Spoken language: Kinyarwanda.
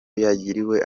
yagiriwe